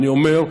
אני אומר,